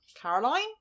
Caroline